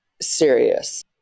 serious